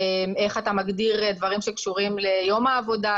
איך אתה מגדיר דברים שקשורים ליום העבודה,